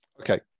okay